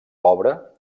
pobre